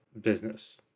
business